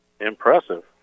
impressive